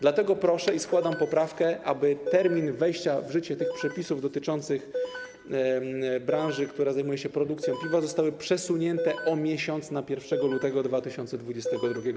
Dlatego proszę i składam poprawkę, aby termin wejścia w życie tych przepisów dotyczących branży, która zajmuje się produkcją piwa, został przesunięty o miesiąc, na 1 lutego 2022 r.